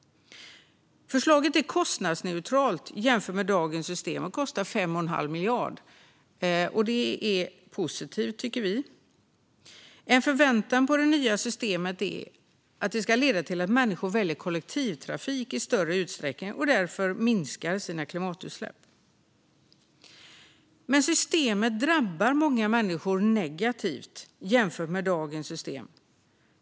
Förslaget är kostnadsneutralt jämfört med dagens system och kostar 5 1⁄2 miljard. Detta tycker vi är positivt. En förväntan på det nya systemet är att det ska leda till att människor väljer kollektivtrafik i större utsträckning och därmed minskar sina klimatutsläpp. Systemet drabbar dock många människor negativt jämfört med dagens system.